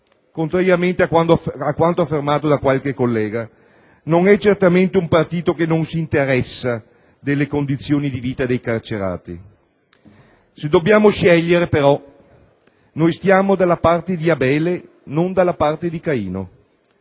contrariamente a quanto affermato da qualche collega, non è certamente un partito che non si interessa delle condizioni di vita dei carcerati. Se dobbiamo scegliere, però, stiamo dalla parte di Abele, non dalla parte di Caino.